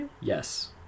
Yes